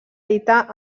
dita